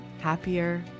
happier